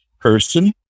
person